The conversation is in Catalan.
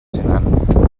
senan